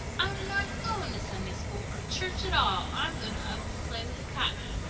i'm not going to sunday school or church at all. i'm going up to play with the cottons.